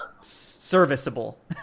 serviceable